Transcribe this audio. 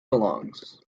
belongs